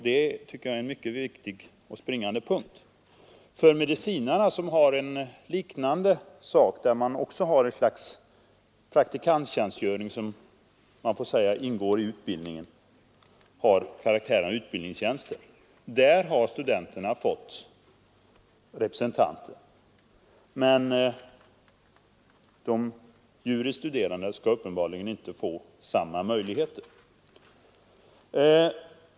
Det tycker jag är den springande punkten. Medicinarna har en liknande praktikanttjänstgöring, som får sägas ingå i utbildningen, och de har fått representanter i motsvarande nämnd. De juris studerande skall uppenbarligen inte få samma möjligheter.